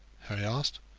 harry asked.